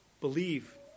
Believe